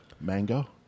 mango